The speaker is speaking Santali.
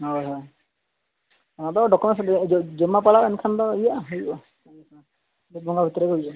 ᱦᱳᱭ ᱦᱳᱭ ᱚᱱᱟ ᱫᱚ ᱰᱳᱠᱚᱢᱮᱱᱴᱥ ᱞᱤᱭᱟᱹ ᱡᱚᱢᱟ ᱯᱟᱲᱟᱣᱜ ᱮᱱᱠᱷᱟᱱ ᱫᱚ ᱤᱭᱟᱹᱜ ᱦᱩᱭᱩᱜᱼᱟ ᱢᱤᱫ ᱵᱚᱸᱜᱟ ᱵᱷᱤᱛᱤᱨ ᱨᱮᱜᱮ ᱦᱩᱭᱩᱜᱼᱟ